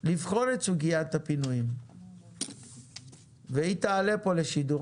לבחון את סוגיית הפינויים והיא תעלה פה לשידור,